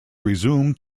resumed